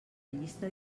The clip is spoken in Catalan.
llista